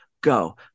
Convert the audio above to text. go